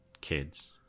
kids